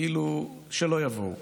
כאילו, שלא יבואו.